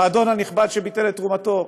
האדון הנכבד שביטל את תרומתו,